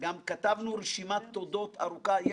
גם כתבנו רשימת תודות ארוכה,